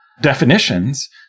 definitions